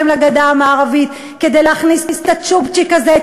לגדה המערבית כדי להכניס את הצ'ופצ'יק הזה,